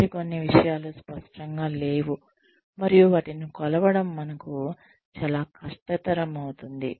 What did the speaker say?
మరికొన్ని విషయాలు స్పష్టంగా లేవు మరియు వాటిని కొలవడం మనకు చాలా కష్టతరం అవుతుంది